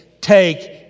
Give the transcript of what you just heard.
take